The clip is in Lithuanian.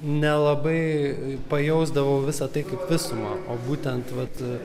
nelabai pajusdavau visą tai kaip visumą o būtent vat